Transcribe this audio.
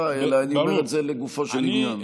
אלא אני אומר את זה לגופו של עניין.